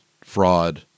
fraud